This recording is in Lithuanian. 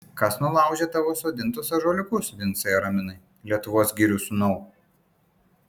kas nulaužė tavo sodintus ąžuoliukus vincai araminai lietuvos girių sūnau